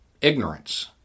ignorance